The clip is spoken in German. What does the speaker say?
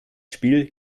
spiel